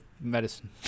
medicine